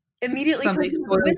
immediately